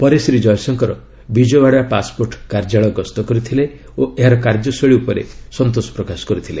ପରେ ଶ୍ରୀ ଜୟଶଙ୍କର ବିଜୟୱାଡା ପାସ୍ପୋର୍ଟ୍ କାର୍ଯ୍ୟାଳୟ ଗସ୍ତ କରିଥିଲେ ଓ ଏହାର କାର୍ଯ୍ୟଶୈଳୀ ଉପରେ ସନ୍ତୋଷ ପ୍ରକାଶ କରିଥିଲେ